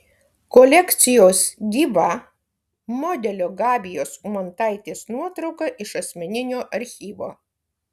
kolekcijos gyva modelio gabijos umantaitės nuotrauka iš asmeninio archyvo